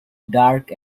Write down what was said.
dark